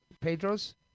Pedro's